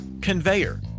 conveyor